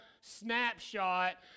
snapshot